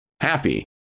happy